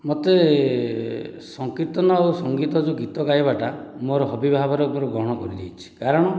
ମୋତେ ସଂକୀର୍ତ୍ତନ ଆଉ ସଙ୍ଗୀତ ଯେଉଁ ଗୀତ ଗାଇବାଟା ମୋର ହବି ଭାବରେ ମୋର ଗ୍ରହଣ କରିଦେଇଛି କାରଣ